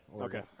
Okay